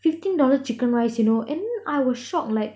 fifteen dollar chicken rice you know and I was shocked like